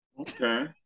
Okay